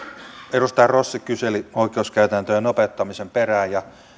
edustaja rossi kyseli oikeuskäytäntöjen nopeuttamisen perään ja